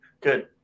Good